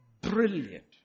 brilliant